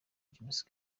james